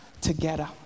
together